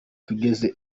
tugeze